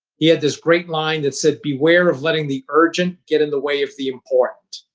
he had this great line that said, beware of letting the urgent get in the way of the important.